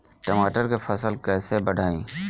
टमाटर के फ़सल कैसे बढ़ाई?